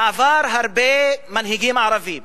בעבר הרבה מנהיגים ערבים